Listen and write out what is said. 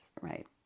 right